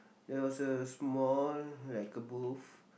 there was a small like a booth